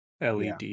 led